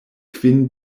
kvin